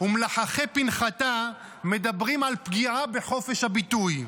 ומלחכי פנכתה מדברים על פגיעה בחופש הביטוי.